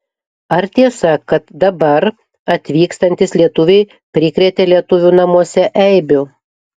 ar tiesa kad dabar atvykstantys lietuviai prikrėtė lietuvių namuose eibių